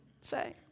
say